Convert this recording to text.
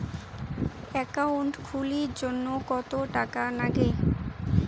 Account খুলির জন্যে কত টাকা নাগে?